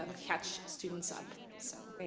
um catch students up, so. great.